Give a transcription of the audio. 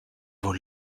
vos